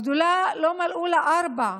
הגדולה, לא מלאו לה ארבע,